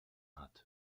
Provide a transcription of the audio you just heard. hat